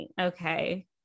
okay